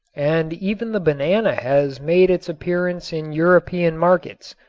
and even the banana has made its appearance in european markets.